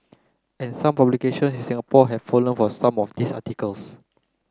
and some publications in Singapore have fallen for some of these articles